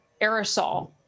aerosol